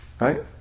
right